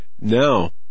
Now